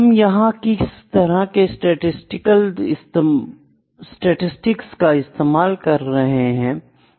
हम यहां किस तरह के स्टैटिसटिक्स इस्तेमाल कर सकते हैं